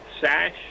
sash